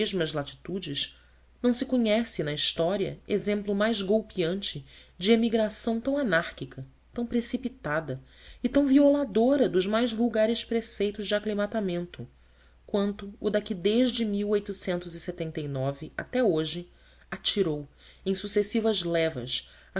mesmas latitudes não se conhece na história exemplo mais golpeante de emigração tão anárquica tão precipitada e tão violadora dos mais vulgares preceitos de aclimamento quanto o da que desde até hoje atirou em sucessivas levas